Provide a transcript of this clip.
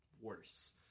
worse